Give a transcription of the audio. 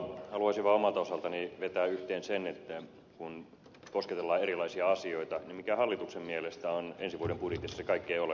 haluaisin vain omalta osaltani vetää yhteen sen kun kosketellaan erilaisia asioita mikä hallituksen mielestä on ensi vuoden budjetissa se kaikkein olennaisin kysymys